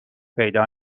پیدا